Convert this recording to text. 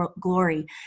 glory